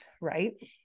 right